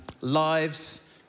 lives